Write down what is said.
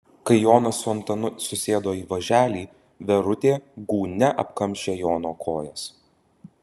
kai jonas su antanu susėdo į važelį verutė gūnia apkamšė jono kojas